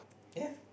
ya